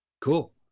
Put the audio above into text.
Cool